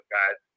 guys